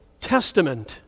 Testament